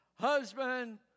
husband